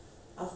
ya